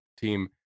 team